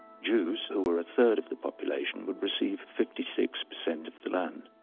jews, who were a third of the population, would receive fifty six percent of the land.